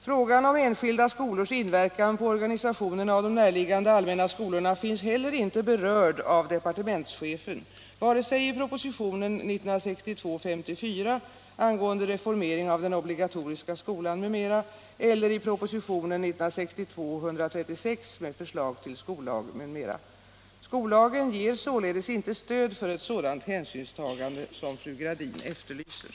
Frågan om enskilda skolors inverkan på organisationen av de närliggande allmänna skolorna har inte heller berörts av departementschefen, varken i propositionen 1962:54 angående reformering av den obligatoriska skolan m.m. eller i propositionen 1962:136 med förslag till skollag m.m. Skollagen ger således inte stöd för ett sådant hänsynstagande som fru Gradin efterlyser.